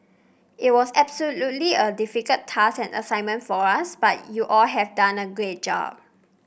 it was absolutely a difficult task and assignment for us but you all have done a great job